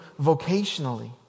vocationally